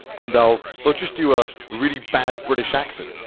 and they'll they'll just do a really bad british accent.